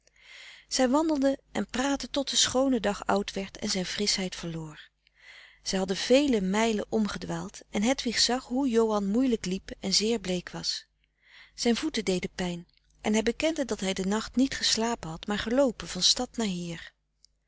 zij wandelden en praatten tot de schoone dag oud werd en zijn frischheid verloor zij hadden veel mijlen omgedwaald en hedwig zag hoe johan moeielijk liep en zeer bleek was zijn voeten deden pijn en hij bekende dat hij den nacht niet geslapen had maar geloopen van stad naar hier